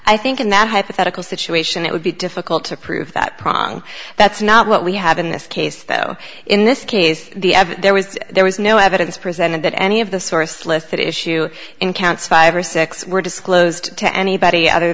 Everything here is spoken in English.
i think in that hypothetical situation it would be difficult to prove that pronk that's not what we have in this case though in this case there was there was no evidence presented that any of the source lists that issue in counts five or six were disclosed to anybody other